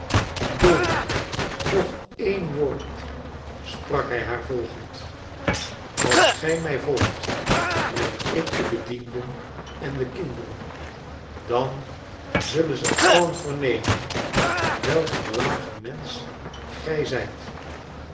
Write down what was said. dolly nog een woord sprak hij haar volgend als gij mij volgt roep ik de bedienden en de kinderen dan zullen ze allen vernemen welk een laag mensch gij zijt